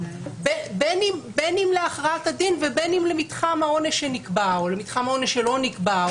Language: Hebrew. בין אם להכרעת הדין ובין אם למתחם העונש שנקבע או למתחם העונש שלא נקבע,